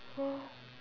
oh